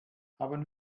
haben